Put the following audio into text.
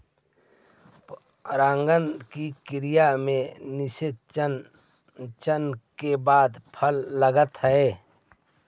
परागण की क्रिया में निषेचन के बाद फल लगअ हई